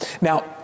Now